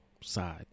side